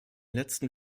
letzten